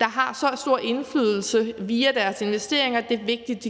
der har så stor indflydelse via deres investeringer,